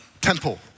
temple